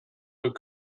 pas